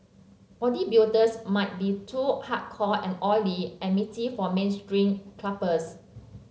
bodybuilders might be too hardcore and oily and meaty for mainstream clubbers